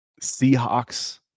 seahawks